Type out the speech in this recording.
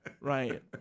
Right